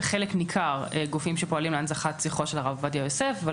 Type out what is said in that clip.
חלק ניכר גופים שפועלים להנצחת זכרו של הרב עובדיה יוסף אבל